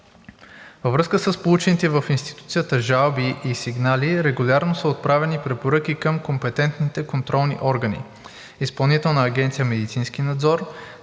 Във връзка с получените в институцията жалби и сигнали регулярно са отправяни препоръки към компетентните контролни органи – Изпълнителната агенция „Медицински надзор“,